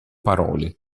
parole